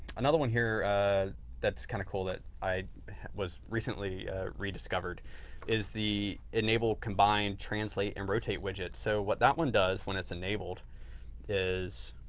another one here that's kind of cool that i recently rediscovered is the enable combined, translate and rotate widgets. so, what that one does when it's enabled is,